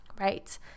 right